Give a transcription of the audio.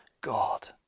God